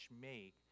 make